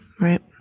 right